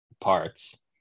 parts